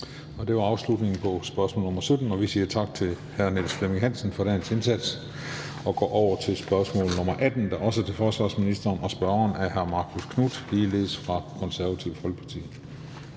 Det var afslutningen på spørgsmål nr. 17, og vi siger tak til hr. Niels Flemming Hansen for dagens indsats. Vi går over til spørgsmål nr. 18, der også er til forsvarsministeren. Spørgeren er hr. Marcus Knuth ligeledes fra Det Konservative Folkeparti.